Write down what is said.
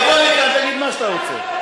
תבוא לכאן, תגיד מה שאתה רוצה.